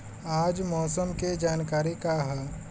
आज मौसम के जानकारी का ह?